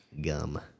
Gum